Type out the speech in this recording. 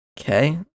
Okay